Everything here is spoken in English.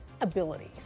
abilities